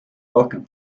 rohkem